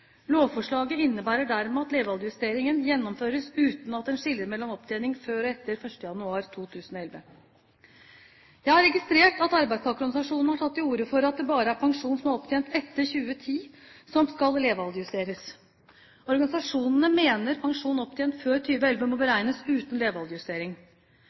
Lovforslaget innebærer dermed at levealdersjusteringen gjennomføres uten at en skiller mellom opptjening før og etter 1. januar 2011. Jeg har registrert at arbeidstakerorganisasjonene har tatt til orde for at det bare er pensjon som er opptjent etter 2010, som skal levealderjusteres. Organisasjonene mener at pensjon opptjent før 2011 må